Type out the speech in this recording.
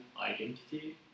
identity